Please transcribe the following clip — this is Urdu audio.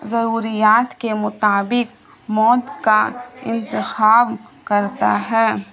ضروریات کے مطابق موت کا انتخاب کرتا ہے